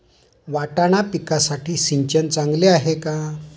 वाटाणा पिकासाठी सिंचन चांगले आहे का?